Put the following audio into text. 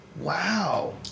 Wow